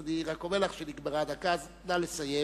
אז אני רק אומר לך שנגמרה הדקה, אז נא לסיים.